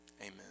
Amen